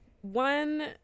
One